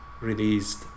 released